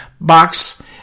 box